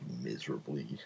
miserably